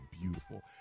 beautiful